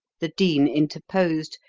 the dean interposed,